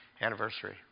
anniversary